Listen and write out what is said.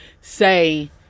say